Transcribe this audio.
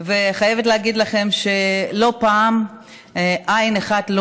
ואני חייבת להגיד לכם שלא פעם עין אחת לא